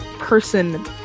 person